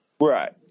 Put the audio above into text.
Right